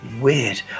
Weird